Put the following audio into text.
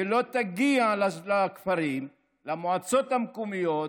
ולא תגיע לכפרים, למועצות המקומיות,